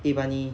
eh but 你